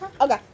okay